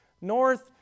north